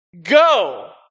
Go